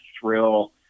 thrill